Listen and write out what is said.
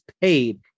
paid